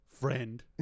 Friend